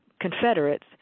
confederates